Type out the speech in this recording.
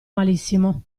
malissimo